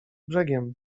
brzegiem